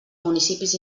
municipis